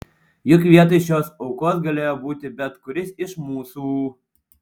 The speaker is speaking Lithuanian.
juk vietoj šios aukos galėjo būti bet kuris iš mūsų